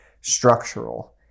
structural